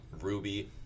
ruby